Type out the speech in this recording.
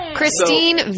Christine